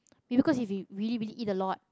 ya because if we really really eat a lot